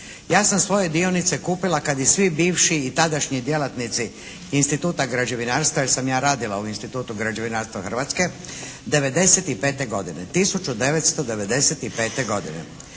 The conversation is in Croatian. Ja sam svoje dionice kupila kad i svi bivši i tadašnji djelatnici Instituta građevinarstva, jer sam ja radila u Institutu građevinarstva Hrvatske '95. godine,